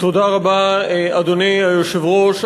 אדוני היושב-ראש,